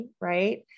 right